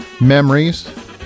memories